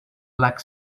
black